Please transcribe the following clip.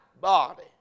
body